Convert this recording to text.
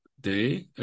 day